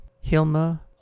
Hilma